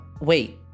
Wait